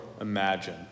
imagine